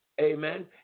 Amen